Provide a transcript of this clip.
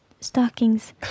Stockings